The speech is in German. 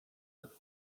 lassen